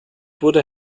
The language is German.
wurde